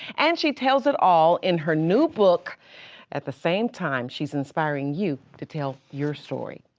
and she tells it all in her new book at the same time she's inspiring you to tell your story.